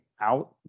out